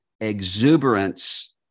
exuberance